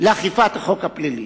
לאכיפת החוק הפלילי,